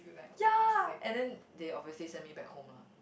ya and then they obviously send me back home lah